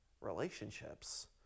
relationships